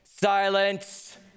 silence